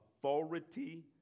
authority